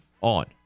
on